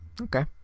okay